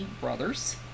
brothers